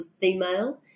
female